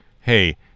hey